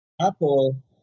Apple